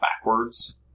backwards